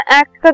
act